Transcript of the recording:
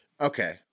Okay